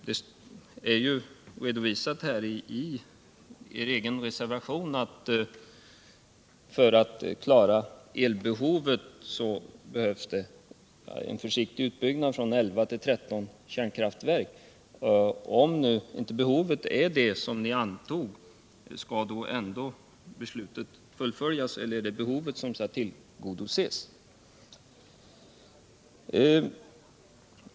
Det är ju redovisat i er egen reservation att för att klara elbehovet behövs det en försiktig utbyggnad från 11 till 13 kärnkraftverk. Men om behovet inte är det som antagits, skall beslutet ändå fullföljas eller är det behovet som skall tillgodoses?